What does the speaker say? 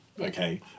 Okay